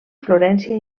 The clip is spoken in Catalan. florència